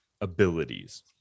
abilities